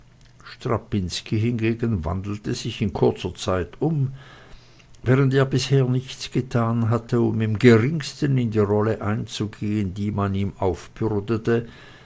strapinski hingegen wandelte sich in kurzer zeit um während er bisher nichts getan hatte um im geringsten in die rolle einzugehen die man ihm aufbürdete